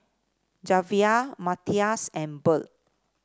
Javier Matias and Burl